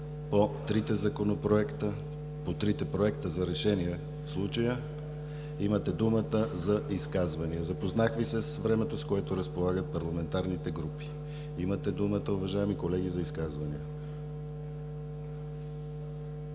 по трите проекта за решение. Имате думата за изказвания. Запознах Ви с времето, с което разполагат парламентарните групи. Имате думата, уважаеми колеги, за изказвания.